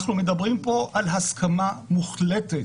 אנחנו מדברים פה על הסכמה מוחלטת